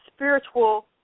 Spiritual